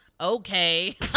Okay